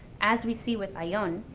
as we see with ayllon,